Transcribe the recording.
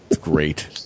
great